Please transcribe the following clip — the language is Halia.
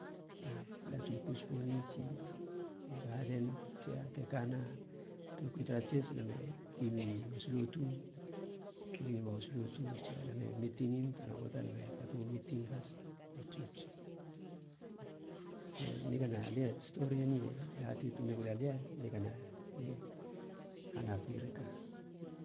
I latu pouts poni, tsi i gaden, tsi te kana toukui tara tsiots, lame kui mi hoslotu kilingima hoslotu, tsia lame mitingim. Tana poata lame katemu miting has tara tsiots so nigana lia ats stori eni e hate tuun negula lia, nigana lie hanap gi reka.